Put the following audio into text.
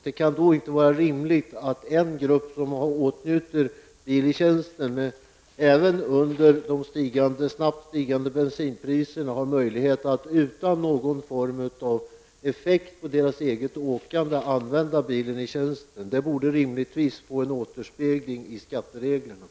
Det kan då inte vara rimligt att en grupp som åtnjuter förmånen av bil i tjänsten har möjlighet att utan att känna någon effekt av bensinpriserna på sitt eget åkande använda bilen i tjänsten. Skattereglerna borde rimligtvis på något sätt ändras med tanke på detta.